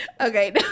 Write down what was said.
Okay